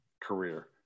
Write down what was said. career